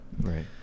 Right